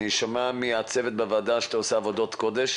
אני שומע מהצוות בוועדה שאתה עושה עבודת קודש